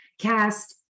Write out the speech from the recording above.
cast